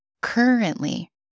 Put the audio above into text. Currently